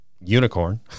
unicorn